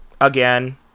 again